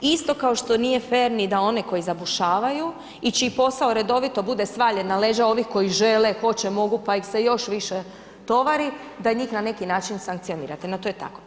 Isto kao što nije fer ni da one koji zabušavaju i čiji posao redovito bude svaljen na leđa ovih koji žele, hoće, mogu pa ih se još više tovari da i njih na neki način sankcionirate, no to je tako.